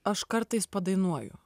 aš kartais padainuoju